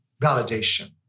validation